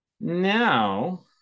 Now